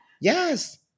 Yes